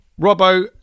Robbo